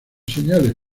señales